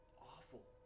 awful